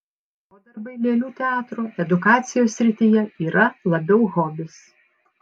o darbai lėlių teatro edukacijos srityje yra labiau hobis